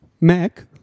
Mac